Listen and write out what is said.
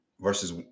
verses